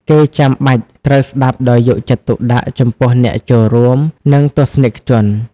គេចាំបាច់ត្រូវស្តាប់ដោយយកចិត្តទុកដាក់ចំពោះអ្នកចូលរួម និងទស្សនិកជន។